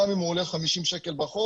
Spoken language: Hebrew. גם אם הוא עולה חמישים שקל ברחוב,